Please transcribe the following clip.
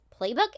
Playbook